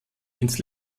ins